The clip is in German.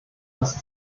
das